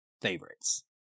favorites